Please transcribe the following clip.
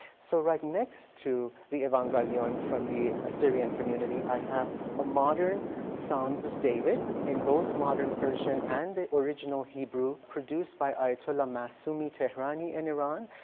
so right next to the ewangeliyon, from the assyrian community, i have a modern psalms of david in both modern persian and the original hebrew produced by ayatollah masumi tehrani in iran.